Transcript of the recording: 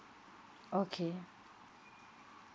okay